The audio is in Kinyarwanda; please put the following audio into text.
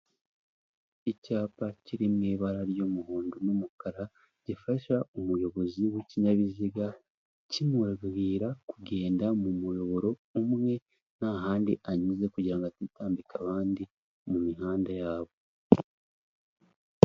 Icyapa kiri mu ibara ry'umuhondo n'umukara, gifasha umuyobozi w'ikinyabiziga, kimubwira kugenda mu muyoboro umwe, nta handi anyuze, kugira ngo atitambika abandi mu mihanda yabo.